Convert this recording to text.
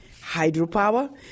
hydropower